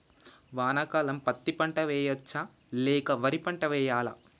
వానాకాలం పత్తి పంట వేయవచ్చ లేక వరి పంట వేయాలా?